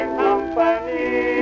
company